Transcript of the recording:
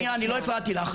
שנייה, אני לא הפרעתי לך,